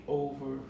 over